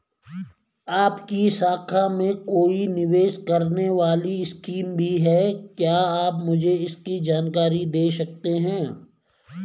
आपकी शाखा में कोई निवेश करने वाली स्कीम भी है क्या आप मुझे इसकी जानकारी दें सकते हैं?